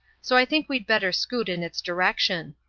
so i think we'd better scoot in its direction.